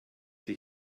die